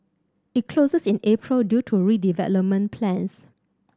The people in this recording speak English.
it closes in April due to redevelopment plans